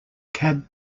cab